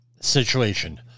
situation